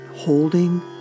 Holding